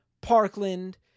Parkland